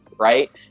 Right